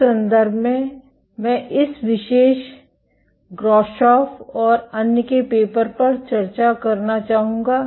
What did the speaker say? इस संबंध में मैं इस विशेष ग्राशॉफ और अन्य के पेपर पर चर्चा करना चाहूंगा